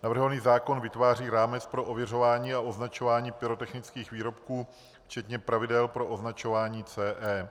Navrhovaný zákon vytváří rámec pro ověřování a označování pyrotechnických výrobků včetně pravidel pro označování CE.